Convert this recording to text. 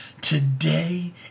Today